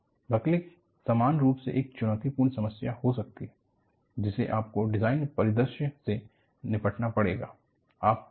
buckling समान रूप से एक चुनौतीपूर्ण समस्या हो सकती है जिसे आपको डिजाइन परिदृश्य से निपटना पड़ेगा आप जिससे सम्बद्ध हैं